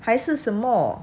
还是什么